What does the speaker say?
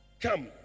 Come